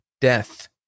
Death